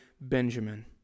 Benjamin